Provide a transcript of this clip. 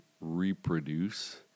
reproduce